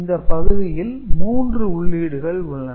இந்த பகுதியில் மூன்று உள்ளீடுகள் உள்ளன